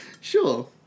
Sure